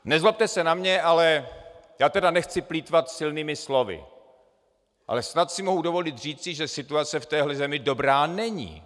Nezlobte se na mě, ale já nechci plýtvat silnými slovy, ale snad si mohu dovolit říci, že situace v téhle zemi dobrá není.